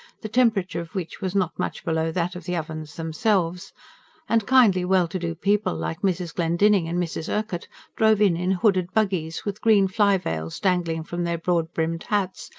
the temperature of which was not much below that of the ovens themselves and kindly, well-to-do people like mrs. glendinning and mrs. urquhart drove in in hooded buggies, with green fly-veils dangling from their broad-brimmed hats,